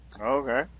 Okay